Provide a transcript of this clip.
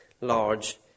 large